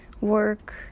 work